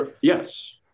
yes